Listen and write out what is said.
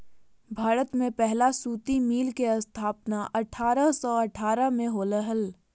भारत में पहला सूती मिल के स्थापना अठारह सौ अठारह में होले हल